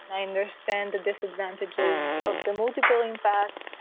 i understand the disadvantages of the multiple impact,